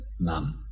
None